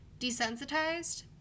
desensitized